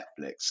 Netflix